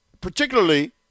particularly